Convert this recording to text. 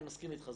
אני מסכים איתך,